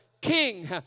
king